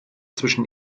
zwischen